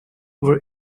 were